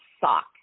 sock